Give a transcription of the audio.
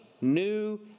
new